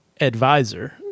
advisor